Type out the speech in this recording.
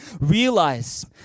realize